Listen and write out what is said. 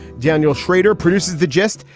daniel schrader produces the gist.